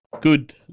Good